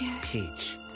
Peach